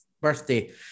birthday